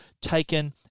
taken